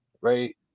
Right